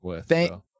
thank